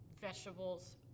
vegetables